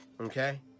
okay